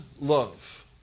love